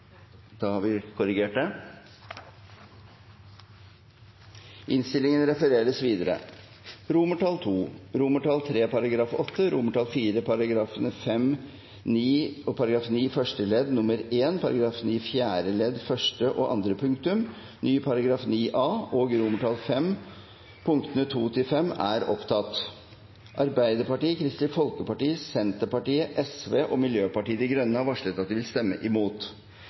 Da har 54 representanter stemt mot komiteens innstilling og 47 representanter stemt for. Det voteres over II, III § 8, IV § 5, § 9 første ledd nr.1, § 9 fjerde ledd første og andre punktum, Ny § 9 a og V punktene 2–5. Arbeiderpartiet, Kristelig Folkeparti, Senterpartiet, Sosialistisk Venstreparti og Miljøpartiet De Grønne har varslet at de vil stemme imot.